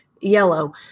yellow